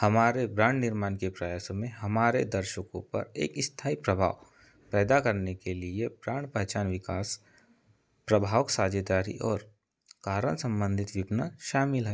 हमारे ब्रांड निर्माण के प्रयासों में हमारे दर्शकों पर एक स्थायी प्रभाव पैदा करने के लिए ब्रांड पहचान विकास प्रभावक साझेदारी और कारण संबंधित विपना शामिल है